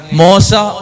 mosa